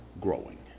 growing